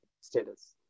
status